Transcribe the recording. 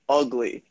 ugly